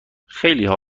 خیلیها